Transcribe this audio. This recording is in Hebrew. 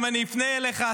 אם אני אפנה אליך,